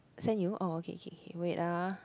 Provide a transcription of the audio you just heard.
send you oh okay okay okay wait ah